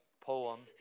poem